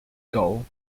goal